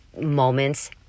moments